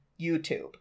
YouTube